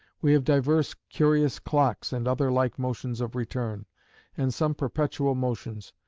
we have divers curious clocks, and other like motions of return and some perpetual motions.